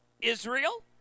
Israel